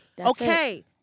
Okay